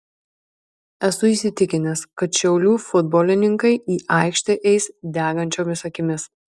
esu įsitikinęs kad šiaulių futbolininkai į aikštę eis degančiomis akimis